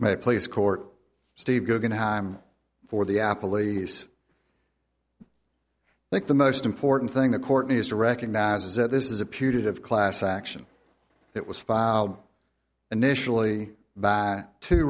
may place court steve guggenheim for the apple lease like the most important thing the courtney's to recognize is that this is a putative class action that was filed initially by two